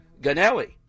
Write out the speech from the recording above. Ganelli